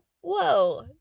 whoa